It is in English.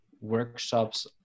workshops